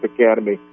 Academy